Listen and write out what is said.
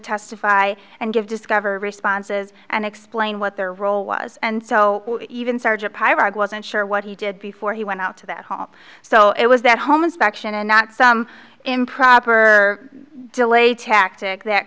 testify and give discovery responses and explain what their role was and so even sergeant wasn't sure what he did before he went out to that home so it was that home inspection and not some improper delay tactic that